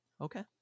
Okay